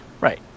Right